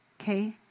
okay